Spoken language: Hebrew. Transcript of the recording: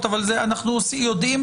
אנחנו יודעים,